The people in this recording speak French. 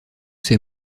ces